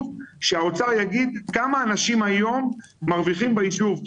שהאוצר יגיד כמה אנשים היום מרוויחים ביישוב,